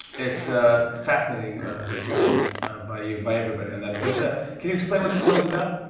it's a fascinating job by you, by everybody on that. but can you explain what the film's about?